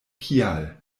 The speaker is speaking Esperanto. kial